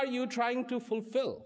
are you trying to fulfill